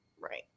Right